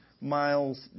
miles